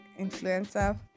influencer